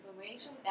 information